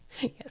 Yes